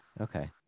Okay